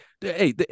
Hey